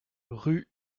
rue